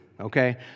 okay